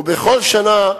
ובכל שנה,